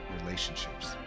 relationships